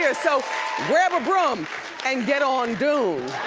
yeah so grab a broom and get on doom.